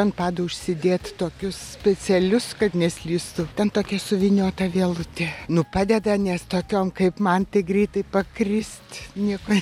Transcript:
ant padų užsidėt tokius specialius kad neslystų ten tokia suvyniota vielutė nu padeda nes tokiom kaip man tai greitai pakrist nieko